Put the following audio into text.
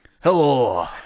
Hello